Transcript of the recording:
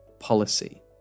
policy